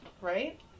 Right